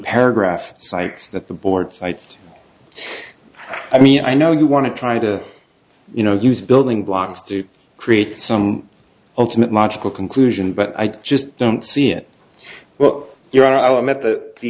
paragraph cites that the board cites i mean i know you want to try to you know use building blocks to create some ultimate logical conclusion but i just don't see it well you're